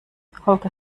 holger